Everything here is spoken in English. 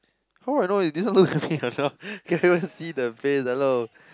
how you know if this one looks like me or not can't even see the face hello